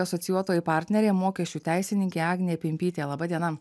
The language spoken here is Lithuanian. asocijuotoji partnerė mokesčių teisininkė agnė pimpytė laba diena